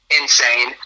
insane